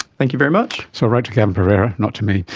thank you very much. so write to gavin pereira, not to me!